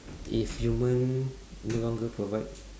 if human no longer provides